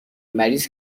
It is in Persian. مریض